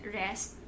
rest